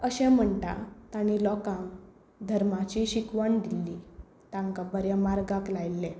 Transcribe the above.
अशें म्हणटा ताणी लोकांक धर्माची शिकवण दिल्ली तांकां बऱ्या मार्गाक लायल्ले